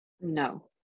No